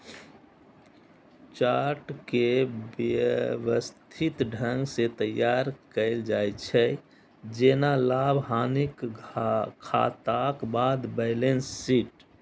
chart कें व्यवस्थित ढंग सं तैयार कैल जाइ छै, जेना लाभ, हानिक खाताक बाद बैलेंस शीट